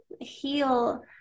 heal